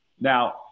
Now